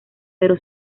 pero